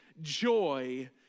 joy